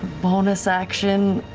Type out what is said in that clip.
bonus action.